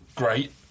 great